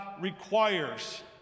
requires